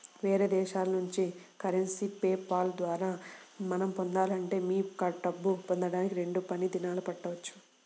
వేరే దేశాల నుంచి కరెన్సీని పే పాల్ ద్వారా మనం పొందాలంటే మీ డబ్బు పొందడానికి రెండు పని దినాలు పట్టవచ్చు